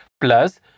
plus